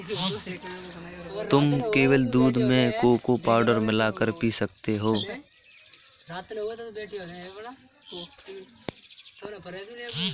तुम केवल दूध में भी कोको पाउडर मिला कर पी सकते हो